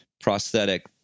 prosthetic